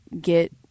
get